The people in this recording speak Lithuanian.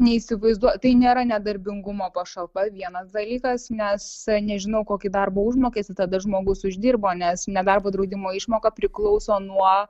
neįsivaizduoju tai nėra nedarbingumo pašalpa vienas dalykas nes nežinau kokį darbo užmokestį tada žmogus uždirbo nes nedarbo draudimo išmoka priklauso nuo